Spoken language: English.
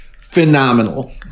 phenomenal